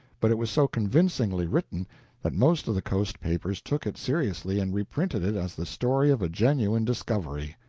but it was so convincingly written that most of the coast papers took it seriously and reprinted it as the story of a genuine discovery.